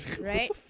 right